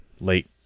late